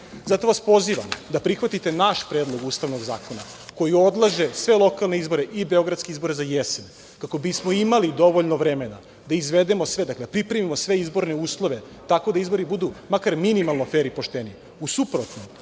zato vas pozivam da prihvatite naš predlog ustavnog zakona koji odlaže sve lokalne izbore i beogradske izbore za jesen kako bismo imali dovoljno vremena da izvedemo sve, dakle da pripremimo sve izborne uslove tako da izbori budu makar minimalno fer i pošteni.